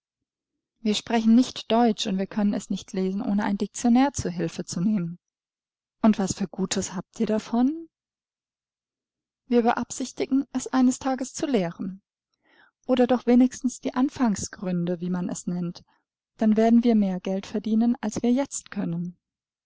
wir sprechen nicht deutsch und wir können es nicht lesen ohne ein diktionär zur hilfe zu nehmen und was für gutes habt ihr davon wir beabsichtigen es eines tages zu lehren oder doch wenigstens die anfangsgründe wie man es nennt dann werden wir mehr geld verdienen als wir jetzt können